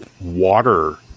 water